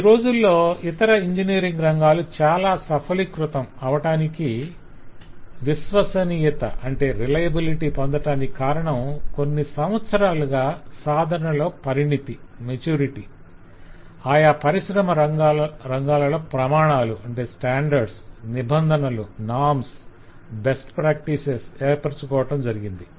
ఈ రోజుల్లో ఇతర ఇంజనీరింగ్ రంగాలు చాలా సఫలీకృతం కావడానికి విశ్వసనీయత పొందటానికి కారణం కొన్ని సంవత్సరాలుగా సాధనలో పరిణితి ఆయా పరిశ్రమ రంగాల్లో ప్రమాణాలు నిబంధనలు ఉత్తమ పద్దతులు ఏర్పరచుకోవడం జరిగింది